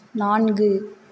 நான்கு